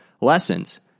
lessons